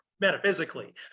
metaphysically